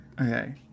Okay